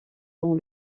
dans